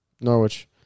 Norwich